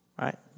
right